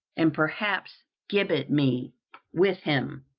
and perhaps gibbet me with him.